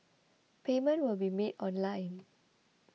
payment will be made online